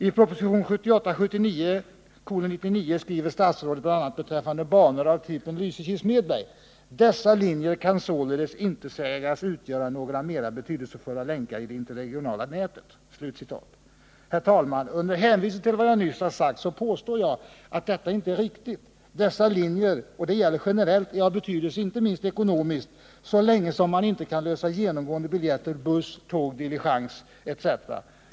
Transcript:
I propositionen 1978/79:99 skriver statsrådet bl.a. beträffande banor av typen Lysekil-Smedberg: ”Dessa linjer kan således inte sägas utgöra några mera betydelsefulla länkar i det interregionala nätet.” Herr talman! Under hänvisning till vad jag nyss sagt påstår jag att detta inte är riktigt. Dessa linjer har stor betydelse för resenärerna — inte minst ekonomiskt — så länge som man inte kan lösa genomgående biljetter buss-tåg-diligens etc.